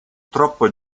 troppo